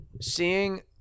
seeing –